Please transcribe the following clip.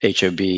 HOB